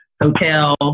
hotel